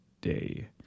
day